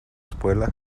espuela